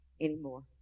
anymore